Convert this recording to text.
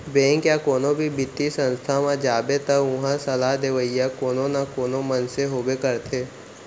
bank या कोनो भी बित्तीय संस्था म जाबे त उहां सलाह देवइया कोनो न कोनो मनसे होबे करथे